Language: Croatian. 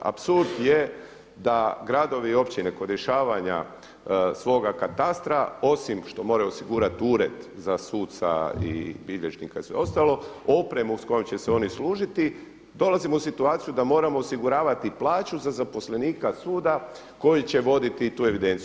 Apsurd je da gradovi i općine kod rješavanja svoga katastra osim što moraju osigurati ured za suca i bilježnika i sve ostalo opremu s kojom će se oni služiti dolazimo u situaciju da moramo osiguravati plaću za zaposlenika suda koji će voditi tu evidenciju.